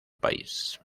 país